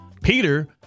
Peter